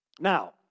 Now